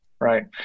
Right